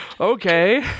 okay